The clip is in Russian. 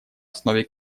основе